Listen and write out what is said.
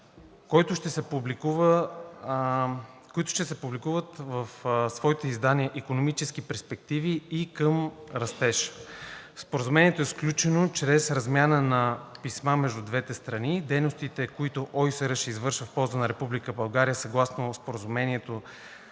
които ще публикува в своите издания „Икономически перспективи“ и „Към растеж“. Споразумението е сключено чрез размяна на писма между двете страни. Дейностите, които ОИСР ще извърши в полза на Република България съгласно Споразумението,